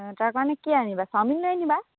তাৰ কাৰণে কি আনিবা চাওমিন লৈ আনিবা